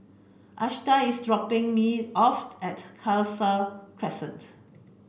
Ashanti is dropping me off at Khalsa Crescent